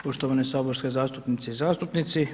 Poštovane saborske zastupnice i zastupnici.